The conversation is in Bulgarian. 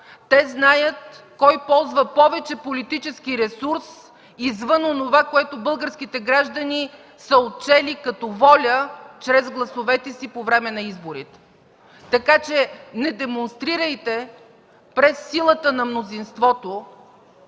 с власт, кой ползва повече политически ресурс, извън онова, което българските граждани са отчели като воля чрез гласовете си по време на изборите. Не демонстрирайте през силата на мнозинството,